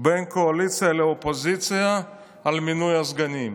בין הקואליציה לאופוזיציה על מינוי הסגנים.